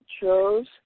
chose